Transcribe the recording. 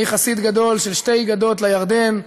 אני חסיד גדול של "שתי גדות לירדן,